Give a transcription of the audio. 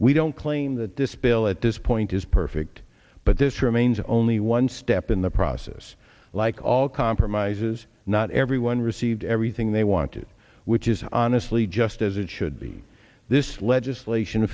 we don't claim that this bill at this point is perfect but this remains only one step in the process like all compromises not everyone received everything they wanted which is honestly just as it should be this legislation